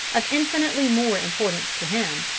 of infinitely more importance to him,